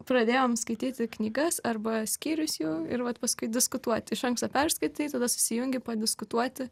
pradėjom skaityti knygas arba skyrius jų ir vat paskui diskutuoti iš anksto perskaitai tada susijungi padiskutuoti